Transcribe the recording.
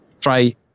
try